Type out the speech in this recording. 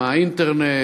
האינטרנט,